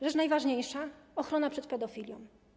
Rzecz najważniejsza: ochrona przed pedofilią.